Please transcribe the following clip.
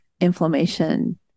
inflammation